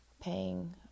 paying